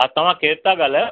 हा तव्हां केरु था ॻाल्हायो